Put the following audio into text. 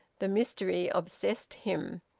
the mystery obsessed him.